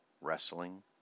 Wrestling